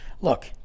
Look